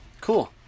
Cool